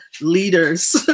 leaders